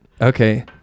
okay